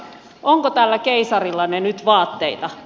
onko tällä keisarillanne nyt vaatteita